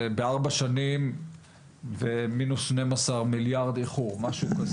זה ארבע שנים ומינוס 12 מיליארד איחור,